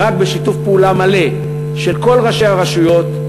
ורק בשיתוף פעולה מלא של כל ראשי הרשויות,